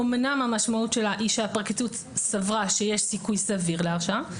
אמנם המשמעות שלה היא שהפרקליטות סברה שיש סיכוי סביר להרשעה,